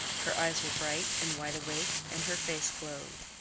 her eyes were bright and wide awake and her face glowed.